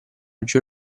geo